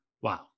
Wow